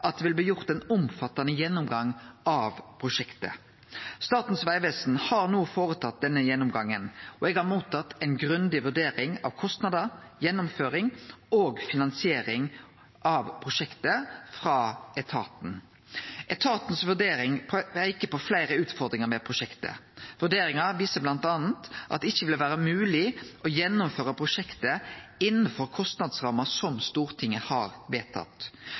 at det vil bli gjort ein omfattande gjennomgang av prosjektet. Statens vegvesen har no gjort denne gjennomgangen, og eg har mottatt ei grundig vurdering av kostnader, gjennomføring og finansiering av prosjektet frå etaten. Etatens vurdering peiker på fleire utfordringar med prosjektet. Vurderinga viser bl.a. at det ikkje vil vere mogleg å gjennomføre prosjektet innanfor kostnadsramma som Stortinget har vedtatt.